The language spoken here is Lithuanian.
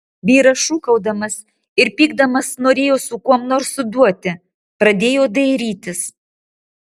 vyras šūkaudamas ir pykdamas norėjo su kuom nors suduoti pradėjo dairytis